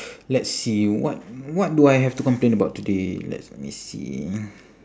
let's see what what do I have to complain about today let me see